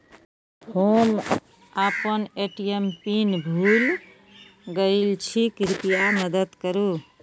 हम आपन ATM PIN भूल गईल छी, कृपया मदद करू